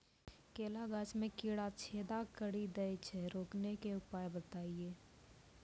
केला गाछ मे कीड़ा छेदा कड़ी दे छ रोकने के उपाय बताइए?